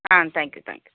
ah thank you thank you